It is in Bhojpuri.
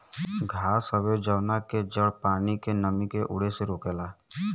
घास हवे जवना के जड़ पानी के नमी के उड़े से रोकेला